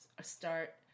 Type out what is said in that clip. start